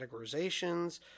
categorizations